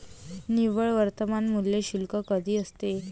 निव्वळ वर्तमान मूल्य शून्य कधी असते?